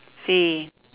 say